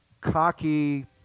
cocky